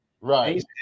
right